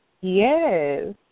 Yes